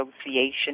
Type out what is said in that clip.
Association